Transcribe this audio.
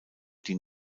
die